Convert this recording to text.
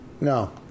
No